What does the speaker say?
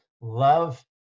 love